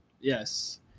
yes